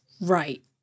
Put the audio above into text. right